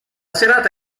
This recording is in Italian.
serata